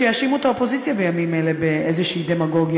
שיאשימו את האופוזיציה בימים אלה באיזושהי דמגוגיה,